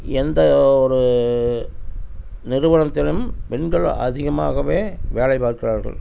எந்த ஒரு நிறுவனத்திலும் பெண்கள் அதிகமாகவே வேலை பார்க்கிறார்கள்